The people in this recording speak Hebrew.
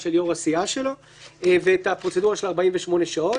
של יו"ר הסיעה שלו ואת הפרוצדורה של 48 שעות.